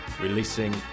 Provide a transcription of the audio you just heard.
releasing